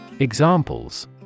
Examples